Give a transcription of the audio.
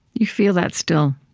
you feel that still?